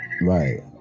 Right